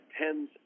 tens